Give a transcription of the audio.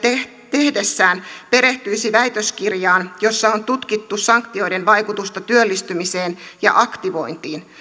tehdessään perehtyisi väitöskirjaan jossa on tutkittu sanktioiden vaikutusta työllistymiseen ja aktivointiin